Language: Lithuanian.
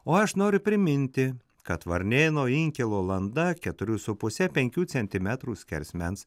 o aš noriu priminti kad varnėno inkilo landa keturių su puse penkių centimetrų skersmens